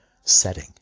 setting